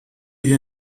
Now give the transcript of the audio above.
hier